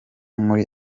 muri